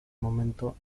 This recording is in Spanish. momento